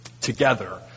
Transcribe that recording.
together